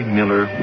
Miller